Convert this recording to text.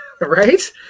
Right